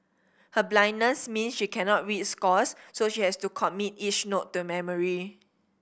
her blindness means she cannot read scores so she has to commit each note to memory